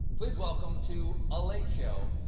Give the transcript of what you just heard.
please welcome to a late show,